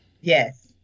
Yes